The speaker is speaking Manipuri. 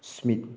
ꯁꯨꯃꯤꯠ